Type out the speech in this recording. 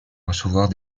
recevoir